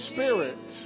Spirit